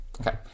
Okay